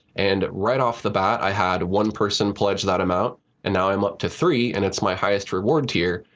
and right off the bat, i had one person pledge that amount and now i'm up to three, and it's my highest reward tier.